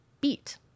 beat